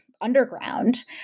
underground